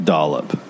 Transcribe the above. Dollop